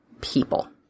people